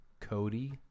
Cody